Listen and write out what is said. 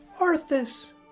Arthas